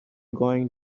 going